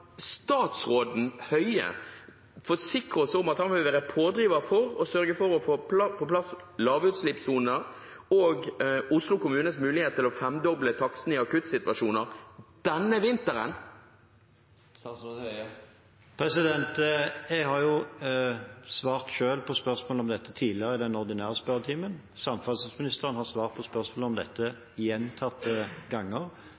Høie forsikre oss om at han vil være pådriver for å sørge for å få på plass lavutslippssoner og for Oslo kommunes mulighet til å femdoble takstene i akuttsituasjoner denne vinteren? Jeg har svart på spørsmål om dette tidligere, i den ordinære spørretimen, og samferdselsministeren har svart på spørsmål om dette gjentatte ganger.